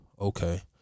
Okay